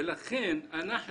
אתה אומר,